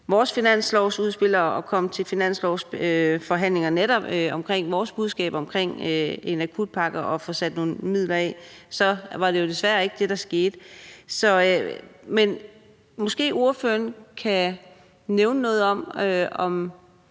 vores finanslovsudspil og er kommet til finanslovsforhandlingerne med vores budskaber netop om en akutpakke og om at få sat nogle midler af til området, så var det jo desværre ikke det, der skete. Måske ordføreren kan nævne noget om,